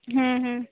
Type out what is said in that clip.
ᱦᱮᱸ ᱦᱮᱸ